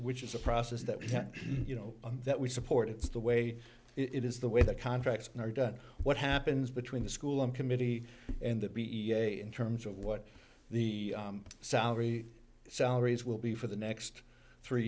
which is a process that you know that we support it's the way it is the way that contracts are done what happens between the school and committee and that in terms of what the salary salaries will be for the next three